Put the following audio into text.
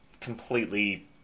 completely